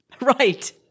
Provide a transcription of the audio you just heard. Right